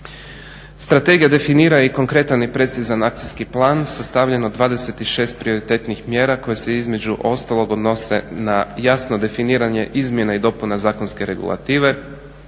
Strategija definira i konkretan i precizan akcijski plan sastavljen od 26 prioritetnih mjera koje se između ostalog odnose na jasno definiranje izmjena i dopuna zakonske regulative,